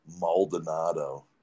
Maldonado